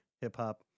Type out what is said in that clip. hip-hop